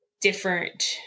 different